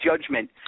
judgment